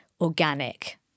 organic